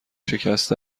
شکسته